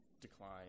decline